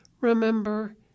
remember